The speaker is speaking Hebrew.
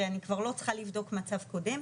הרי אני כבר לא צריכה לבדוק מצב קודם.